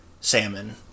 salmon